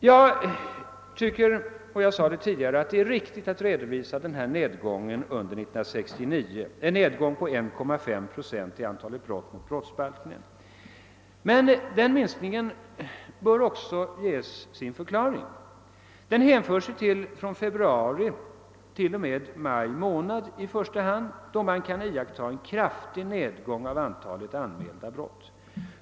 Jag tycker — vilket jag också sagt tidigare — att det är riktigt att redovisa den nedgång på 1,5 procent av antalet begångna brott som skett under 1969. Men den minskningen bör också få sin förklaring. Den hänför sig i första hand till perioden februari—maj, då man kan iakttaga en kraftig nedgång av antalet anmälda brott.